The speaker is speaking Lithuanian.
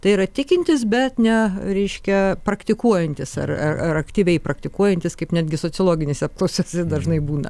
tai yra tikintis bet ne reiškia praktikuojantis ar ar ar aktyviai praktikuojantis kaip netgi sociologinėse apklausose dažnai būna